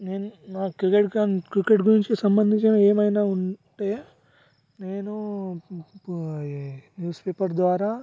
నేను నాకు క్రికెట్ కం క్రికెట్ గురించి సంబధించిన ఏమైనా ఉంటే నేను న్యూస్ పేపర్ ద్వారా